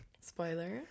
Spoiler